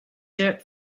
jerk